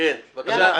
כן, בבקשה.